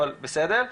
אבל בסדר.